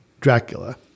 Dracula